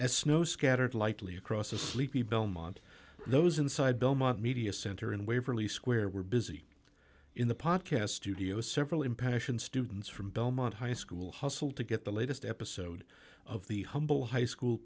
as snow scattered lightly across the sleepy belmont those inside belmont media center in waverly square were busy in the podcast studio several impassioned students from belmont high school hustle to get the latest episode of the humble high school